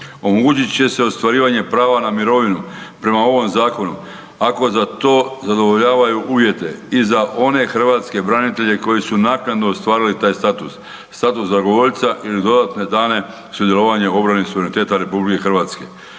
omogućit će se ostvarivanje prava na mirovinu prema ovom zakonu ako za to zadovoljavaju uvjete i za one hrvatske branitelje koji su naknadno ostvarili taj status, status dragovoljca ili dodatne dane sudjelovanja u obrani suvereniteta RH, a već ranije